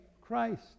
Christ